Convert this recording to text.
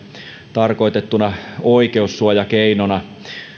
tarkoitettuna oikeussuojakeinona